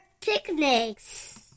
picnics